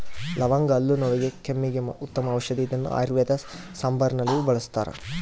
ಲವಂಗ ಹಲ್ಲು ನೋವಿಗೆ ಕೆಮ್ಮಿಗೆ ಉತ್ತಮ ಔಷದಿ ಇದನ್ನು ಆಯುರ್ವೇದ ಸಾಂಬಾರುನಲ್ಲಿಯೂ ಬಳಸ್ತಾರ